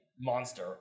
monster